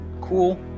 Cool